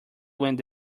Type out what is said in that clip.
when